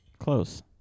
close